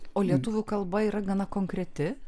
o lietuvių kalba yra gana konkreti